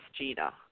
Gina